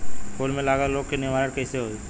फूल में लागल रोग के निवारण कैसे होयी?